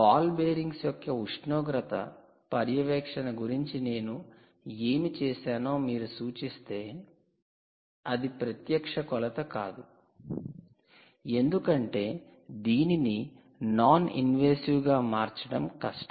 ball bearings యొక్క ఉష్ణోగ్రత పర్యవేక్షణ గురించి నేను ఏమి చేశానో మీరు సూచిస్తే అది ప్రత్యక్ష కొలత కాదు ఎందుకంటే దీనిని నాన్ ఇన్వాసివ్ non invasive గా మార్చడం కష్టం